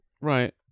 Right